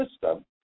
system